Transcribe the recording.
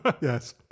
Yes